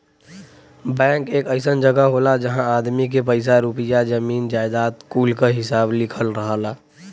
bank एक अइसन जगह होला जहां आदमी के पइसा रुपइया, जमीन जायजाद कुल क हिसाब लिखल रहला